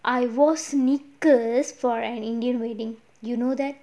I wore sneakers for an indian wedding you know that